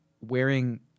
wearing